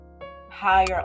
higher